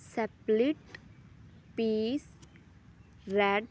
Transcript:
split peas red